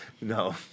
No